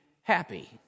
happy